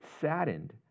saddened